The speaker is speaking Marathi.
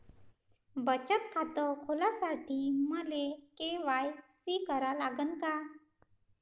बचत खात खोलासाठी मले के.वाय.सी करा लागन का?